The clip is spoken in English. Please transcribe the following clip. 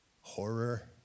horror